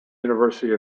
university